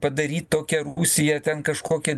padaryt tokią rusiją ten kažkokią